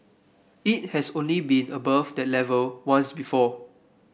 it has only been above that level once before